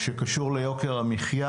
שקשור ליוקר המחיה